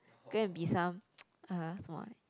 go and be some (uh huh)